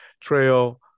trail